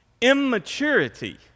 Immaturity